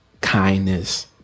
kindness